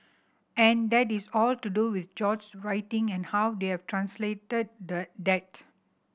and that is all to do with George's writing and how they have translated that